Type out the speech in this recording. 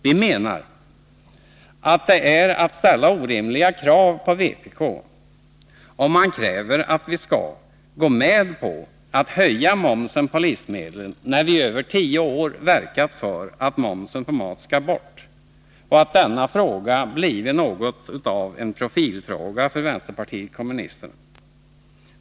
Vi menar att det är att ställa orimliga krav på vpk om man kräver att vi skall gå med på att höja momsen på livsmedel, när vi i över tio år verkat för att momsen på mat skall bort och denna fråga blivit något av en profilfråga för vänsterpartiet kommunisterna.